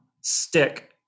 stick